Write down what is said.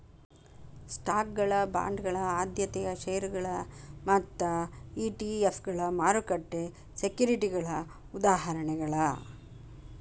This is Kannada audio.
ಸ್ಟಾಕ್ಗಳ ಬಾಂಡ್ಗಳ ಆದ್ಯತೆಯ ಷೇರುಗಳ ಮತ್ತ ಇ.ಟಿ.ಎಫ್ಗಳ ಮಾರುಕಟ್ಟೆ ಸೆಕ್ಯುರಿಟಿಗಳ ಉದಾಹರಣೆಗಳ